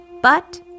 But